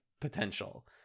potential